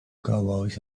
cowboys